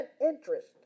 interest